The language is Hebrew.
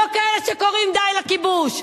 לא כאלה שקוראים "די לכיבוש".